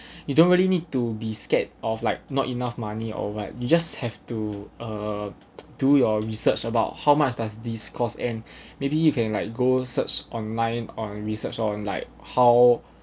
you don't really need to be scared of like not enough money or what you just have to uh do your research about how much does these cost and maybe you can like go search online or research on like how